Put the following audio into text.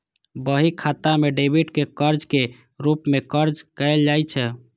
बही खाता मे डेबिट कें कर्ज के रूप मे दर्ज कैल जाइ छै